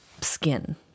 skin